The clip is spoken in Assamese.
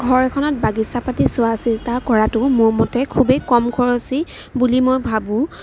ঘৰ এখনত বাগিচা পাতি চোৱা চিতা কৰাটো মোৰ মতে খুবেই কম খৰচী বুলি মই ভাবোঁ